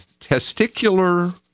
testicular